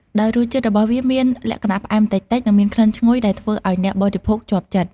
ដោយរសជាតិរបស់វាមានលក្ខណៈផ្អែមតិចៗ និងមានក្លិនឈ្ងុយដែលធ្វើឲ្យអ្នកបរិភោគជាប់ចិត្ត។